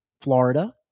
Florida